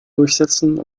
durchsetzen